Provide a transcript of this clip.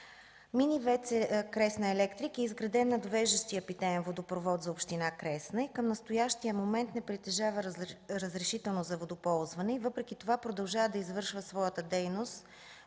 Мини ВЕЦ „Кресна Електрик” е изградена на довеждащия питеен водопровод за община Кресна и към настоящия момент не притежава разрешително за водоползване. Въпреки това продължава да извършва своята дейност